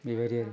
बेबादि आरो